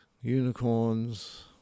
unicorns